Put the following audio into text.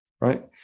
right